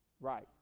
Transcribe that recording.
Right